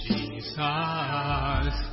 Jesus